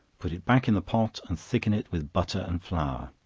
put it hack in the pot, and thicken it with butter and flour.